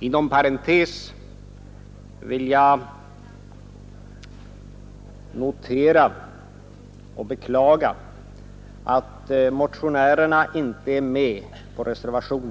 Inom parentes vill jag notera och beklaga att motionärerna i utskottet — Nr 57 inte är med på reservationen.